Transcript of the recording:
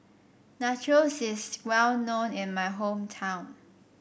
Nachos is well known in my hometown